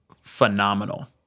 phenomenal